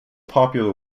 popular